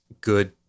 good